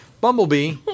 Bumblebee